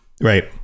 right